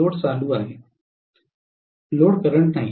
load चालू नाही